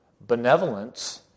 benevolence